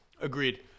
Agreed